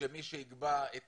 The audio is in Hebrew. שמי שיקבע את